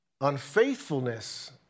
unfaithfulness